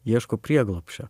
ieško prieglobsčio